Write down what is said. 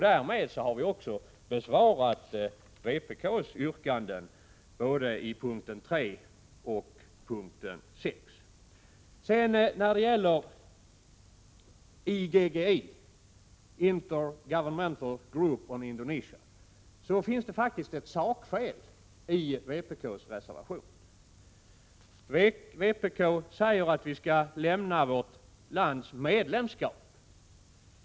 Därmed har vi också besvarat vpk:s yrkanden vad gäller både punkt 3 och punkt 6. När det sedan gäller IGGI, Intergovernmental Group on Indonesia, finns faktiskt ett sakfel i vpk:s reservation. Vpk anser att vi skall säga upp vårt lands medlemskap.